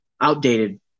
outdated